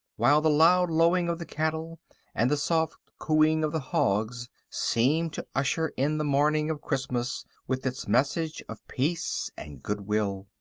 while the loud lowing of the cattle and the soft cooing of the hogs seemed to usher in the morning of christmas with its message of peace and goodwill.